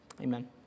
Amen